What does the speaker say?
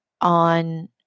on